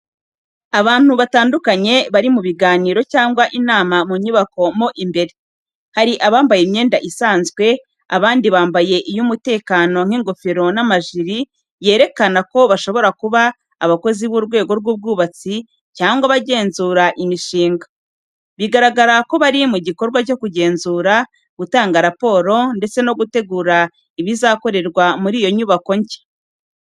Abantu batandukanye bari mu biganiro cyangwa inama mu nyubako mo imbere. Hari abambaye imyenda isanzwe, abandi bambaye iy’umutekano nk’ingofero n’amajire yerekana ko bashobora kuba abakozi b’urwego rw’ubwubatsi cyangwa abagenzura imishinga. Bigaragara ko bari mu gikorwa cyo kugenzura, gutanga raporo ndetse no gutegura ibizakorerwa muri iyo nyubako nshya.